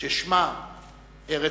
ששמה ארץ-ישראל".